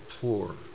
poor